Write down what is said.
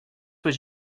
was